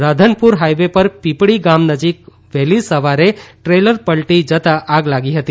Radhanpur highway પર પીપળી ગામ નજીક વહેલી સવારે ટ્રેલર પલટી જતા આગ લાગી હતી